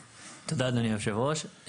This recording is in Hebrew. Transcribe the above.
תודה, אדוני היושב-ראש.